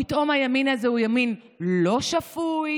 פתאום הימין הזה הוא ימין לא שפוי.